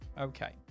okay